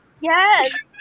Yes